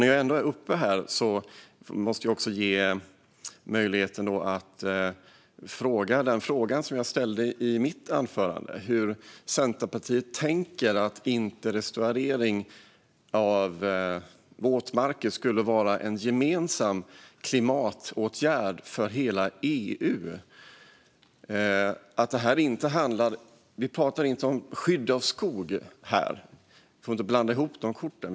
När jag ändå står här måste jag också utnyttja möjligheten att ställa den fråga som jag ställde i mitt anförande: hur Centerpartiet tänker kring att restaurering av våtmarker inte skulle vara en gemensam klimatåtgärd för hela EU. Vi pratar inte om skydd av skog här - vi får inte blanda ihop korten.